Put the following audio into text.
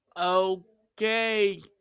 Okay